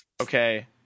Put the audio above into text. Okay